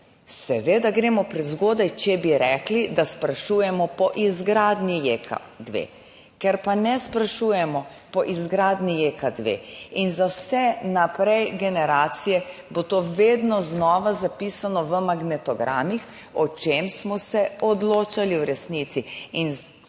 Seveda gremo prezgodaj, če bi rekli, da sprašujemo po izgradnji JEK2. Ker pa ne sprašujemo po izgradnji Jeka dve in za vse naprej generacije, bo to vedno znova zapisano v magnetogramih, o čem smo se odločali v resnici in s